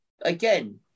again